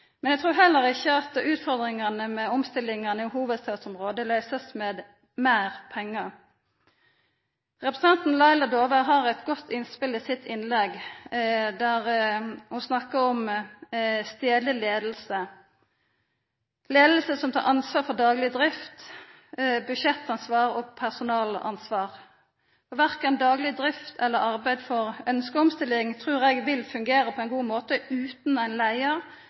Men eg trur heller ikkje at utfordringane med omstillingane i hovudstadsområdet blir løyste med meir pengar. Representanten Laila Dåvøy har eit godt innspel i sitt innlegg når ho snakkar om stadleg leiing, ei leiing som tek ansvar for dagleg drift, budsjettansvar og personalansvar. Verken dagleg drift eller arbeid for ønskt omstilling trur eg vil fungera på ein god måte utan ein leiar